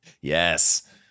Yes